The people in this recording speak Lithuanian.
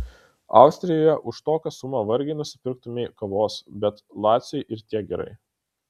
austrijoje už tokią sumą vargiai nusipirktumei kavos bet laciui ir tiek gerai